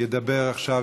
ידבר עכשיו,